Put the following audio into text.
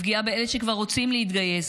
לפגיעה באלה שכבר רוצים להתגייס,